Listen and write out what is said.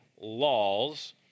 laws